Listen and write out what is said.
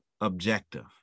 objective